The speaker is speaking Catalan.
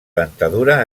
dentadura